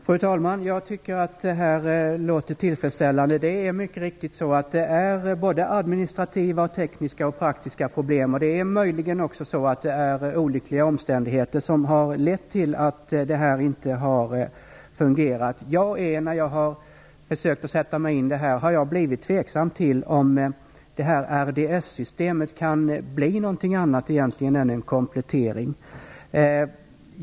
Fru talman! Jag tycker att detta låter tillfredsställande. Det är mycket riktigt att det finns administrativa, tekniska och praktiska problem. Möjligen har också olyckliga omständigheter lett till att det här inte har fungerat. Efter det att jag har försökt att sätta mig in i ärendet har jag blivit tveksam till om RDS-systemet kan bli någonting annat än en komplettering.